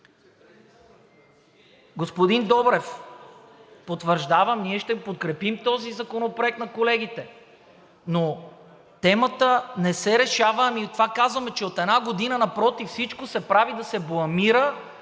Господин Добрев, потвърждавам, ние ще подкрепим този законопроект на колегите, но темата не се решава. Ние това казваме, че от една година, напротив, всичко се прави да се бламира